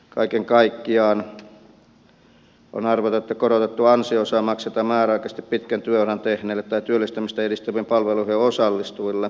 kaiken kaikkiaan on arvioitu että korotettua ansio osaa maksetaan määräaikaisesti pitkän työuran tehneelle tai työllistymistä edistäviin palveluihin osallistuvalle